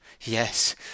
yes